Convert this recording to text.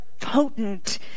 potent